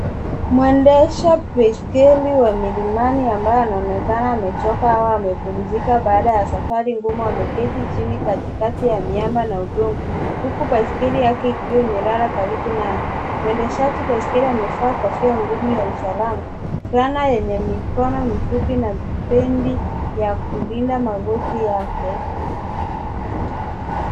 Mwendesha baiskeli wa milimani ambaye anaonekana amechoka au amepumzika baada ya safari ngumu ameketi chini katikati ya miamba na udongo huku baiskeli yake ikiwa imelala karibu naye. Mwendeshaji baiskeli amevaa kofia ngumu ya usalama, fulana yenye mikono mifupi na bendi ya kulinda magoti yake.